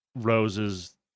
Rose's